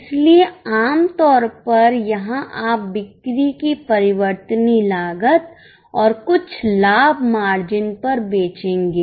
इसलिए आम तौर पर यहां आप बिक्री की परिवर्तनीय लागत और कुछ लाभ मार्जिन पर बेचेंगे